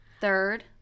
Third